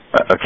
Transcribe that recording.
okay